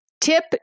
Tip